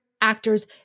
actors